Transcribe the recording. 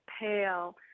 pale